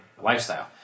lifestyle